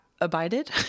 abided